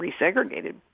resegregated